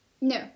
No